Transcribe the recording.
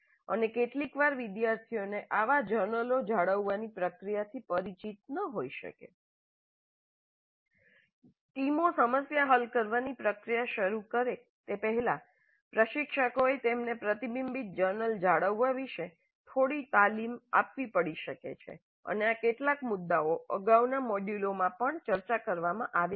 અને કેટલીકવાર વિદ્યાર્થીઓ આવા જર્નલો જાળવવાની પ્રક્રિયાથી પરિચિત ન હોઈ શકે ટીમો સમસ્યા હલ કરવાની પ્રક્રિયા શરૂ કરે તે પહેલાં પ્રશિક્ષકોએ તેમને પ્રતિબિંબીત જર્નલ જાળવવા વિશે થોડી તાલીમ આપવી પડી શકે છે અને આ કેટલાક મુદ્દાઓ અગાઉના મોડ્યુલોમાં પણ ચર્ચા કરવામાં આવ્યા હતા